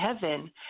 heaven